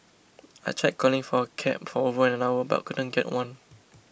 I tried calling for a cab for over an hour but couldn't get one